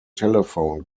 telephone